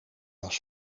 was